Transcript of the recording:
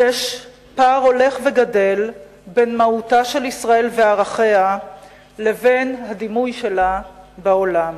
שכן יש פער הולך וגדל בין מהותה של ישראל וערכיה לבין הדימוי שלה בעולם.